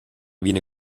viene